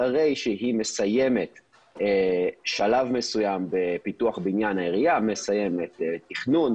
אחרי שהיא מסיימת שלב מסוים בפיתוח בניין העירייה תכנון,